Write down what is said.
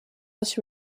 was